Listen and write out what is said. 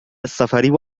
السفر